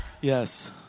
Yes